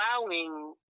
allowing